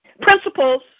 Principles